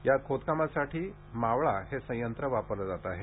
या खोदकामासाठी मावळा हे संयंत्र वापरले जात आहे